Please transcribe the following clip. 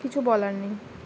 কিছু বলার নেই